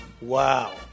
Wow